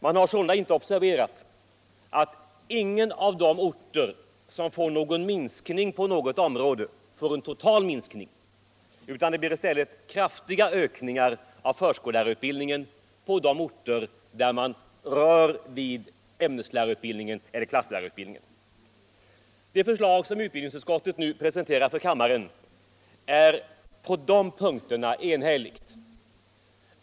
Man har sålunda inte observerat att ingen av de orter som får en minskning på något område får en total minskning. Det blir i stället kraftiga ökningar av förskollärarutbildningen på de orter där man rör vid ämneslärareller klasslärarutbildningen. Det förslag som utbildningsutskottet nu presenterar för kammaren är på dessa punkter enhälligt.